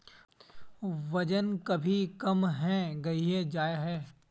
वजन भी कम है गहिये जाय है?